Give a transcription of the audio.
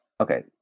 okay